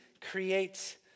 creates